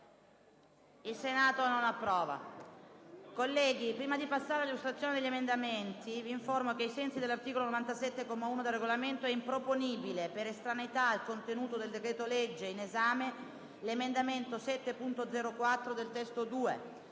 **Il Senato non approva**.